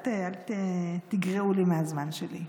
אל תגרעו מהזמן שלי.